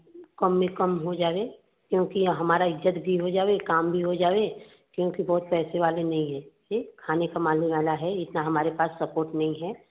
कम में कम हो जाए क्योंकि यह हमारा इज़्ज़त भी हो जाए काम भी हो जाए क्योंकि बहुत पैसा वाले नहीं हैं सिर्फ़ खाने कमाने वाला है इतना हमारे पास सपोर्ट नहीं है